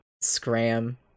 Scram